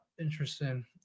Interesting